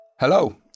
Hello